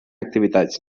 activitats